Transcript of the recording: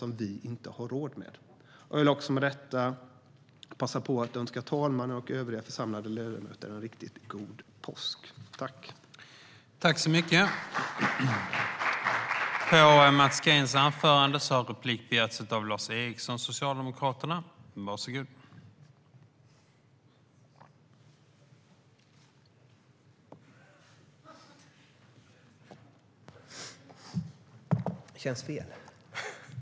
Med detta vill jag passa på att önska herr talmannen och övriga församlade ledamöter en riktigt god påsk.